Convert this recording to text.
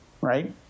right